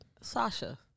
Sasha